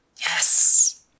Yes